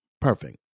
Perfect